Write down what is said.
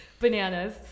bananas